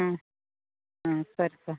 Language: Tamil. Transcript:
ம் ம் சரிப்பா